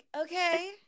okay